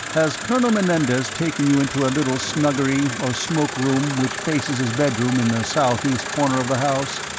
has colonel menendez taken you into a little snuggery or smoke-room which faces his bedroom in the southeast corner of the house?